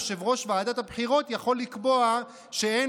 יושב-ראש ועדת הבחירות יכול לקבוע שאין